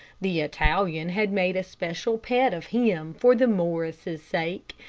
the italian had made a special pet of him for the morrises' sake,